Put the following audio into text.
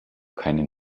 keinen